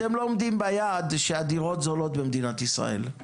אתם לא עומדים ביעד שהדירות זולות במדינת ישראל,